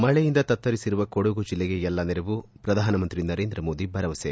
ಮಳೆಯಿಂದ ತತ್ತರಿಸಿರುವ ಕೊಡಗು ಜಿಲ್ಲೆಗೆ ಎಲ್ಲಾ ನೆರವು ಪ್ರಧಾನಮಂತ್ರಿ ನರೇಂದ್ರ ಮೋದಿ ಭರವಸೆ